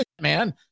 Man